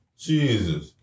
Jesus